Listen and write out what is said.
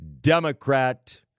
Democrat